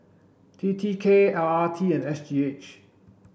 T T K R T and S G H